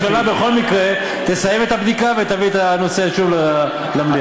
הממשלה בכל מקרה תסיים את הבדיקה ותביא את הנושא שוב למליאה.